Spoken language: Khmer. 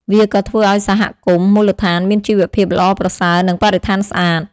វាក៏ធ្វើឱ្យសហគមន៍មូលដ្ឋានមានជីវភាពល្អប្រសើរ និងបរិស្ថានស្អាត។